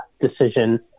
decision